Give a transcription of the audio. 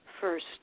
first